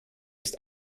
ist